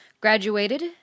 Graduated